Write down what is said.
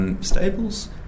stables